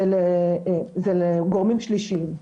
זה לגורמים שלישיים.